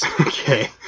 Okay